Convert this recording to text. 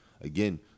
again